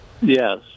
Yes